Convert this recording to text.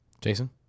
Jason